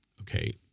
okay